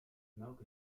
melk